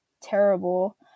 terrible